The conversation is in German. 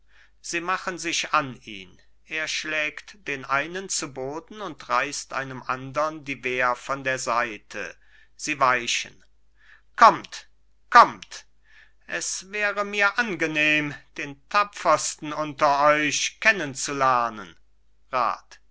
sie machen sich an ihn er schlägt den einen zu boden und reißt einem andern die wehre von der seite sie weichen kommt kommt es wäre mir angenehm den tapfersten unter euch kennenzulernen rat